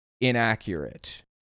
inaccurate